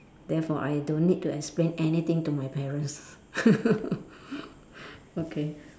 therefore I don't need to explain anything to my parents okay